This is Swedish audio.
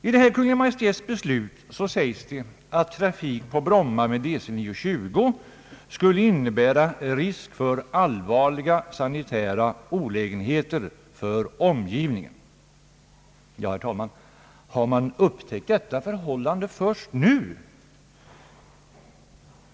I Kungl. Maj:ts beslut sägs, att trafik på Bromma med DC 9-20 skulle innebära risk för allvarliga sanitära olägenheter för omgivningen. Har man upptäckt detta förhållande först nu?